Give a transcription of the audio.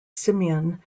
simeon